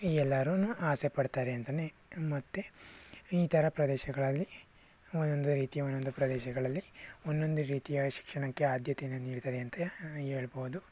ಈ ಎಲ್ಲರೂ ಆಸೆ ಪಡ್ತಾರೆ ಅಂತಲೇ ಮತ್ತು ಈ ಥರ ಪ್ರದೇಶಗಳಲ್ಲಿ ಒಂದೊಂದು ರೀತಿಯ ಒಂದೊಂದು ಪ್ರದೇಶಗಳಲ್ಲಿ ಒಂದೊಂದು ರೀತಿಯ ಶಿಕ್ಷಣಕ್ಕೆ ಆದ್ಯತೆಯನ್ನು ನೀಡ್ತಾರೆ ಅಂತ ಹೇಳ್ಬೋದು